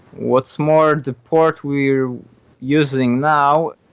what's more, the port we're using now,